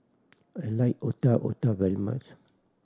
I like Otak Otak very much